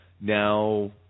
Now